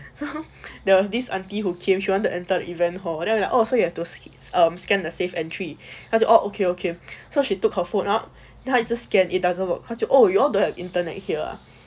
so there was this auntie who came she wanted to enter the event hall then I'm like oh so you have to um scan the safe entry 她就:tae jiu oh okay okay so she took her phone up then 她一直:tae yi zhi scan it doesn't work 她就:tae jiu oh you all don't have internet here ah